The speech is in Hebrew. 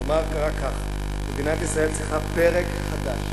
אומר כך: מדינת ישראל צריכה פרק חדש.